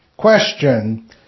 question